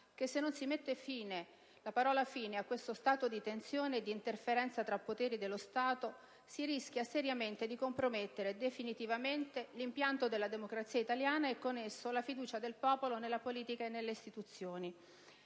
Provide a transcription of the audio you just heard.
che se non si mette la parola fine a questo stato di tensione e di interferenza tra poteri dello Stato si rischia seriamente di compromettere definitivamente l'impianto della democrazia italiana e, con esso, la fiducia del popolo nella politica e nelle istituzioni.